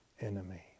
enemy